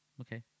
okay